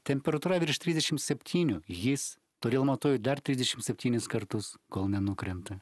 temperatūra virš trisdešim septynių jis todėl matuoji dar trisdešim septynis kartus kol nenukrenta